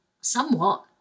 somewhat